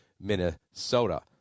Minnesota